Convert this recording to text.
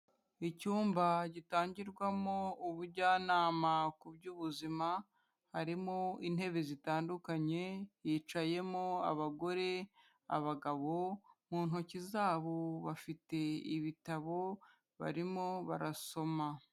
Icyumba gitangirwamo ubujyanama ku by'ubuzima, harimo intebe zitandukanye, hicayemo abagore, abagabo, mu ntoki zabo bafite ibitabo barimo barasoma.